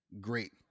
Great